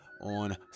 on